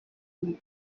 moi